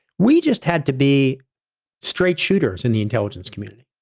we just had to be straight shooters in the intelligence community.